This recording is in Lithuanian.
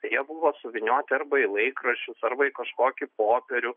tai jie buvo suvynioti arba į laikraščius arba į kažkokį popierių